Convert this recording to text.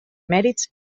mèrits